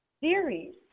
series